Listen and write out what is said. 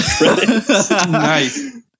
Nice